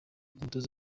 umutoza